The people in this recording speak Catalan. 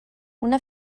una